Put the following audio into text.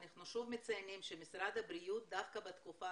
אנחנו שוב מציינים שמשרד הבריאות דווקא בתקופה